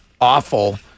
awful